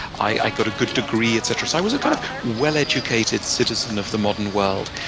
i got a good degree, etc, so i was a kind of well-educated citizen of the modern world.